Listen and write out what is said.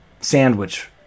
sandwich